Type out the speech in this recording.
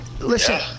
listen